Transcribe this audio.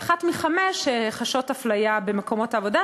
ואחת מחמש חשה הפליה במקומות עבודה,